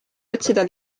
otsida